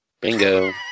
Bingo